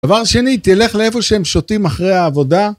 דבר שני, תלך לאיפה שהם שותים אחרי העבודה.